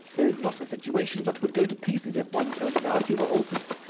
there is not a situation but would go to pieces if one personality were altered.